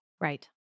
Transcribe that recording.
Right